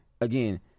again